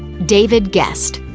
david gest